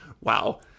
Wow